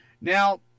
Now